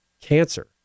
cancer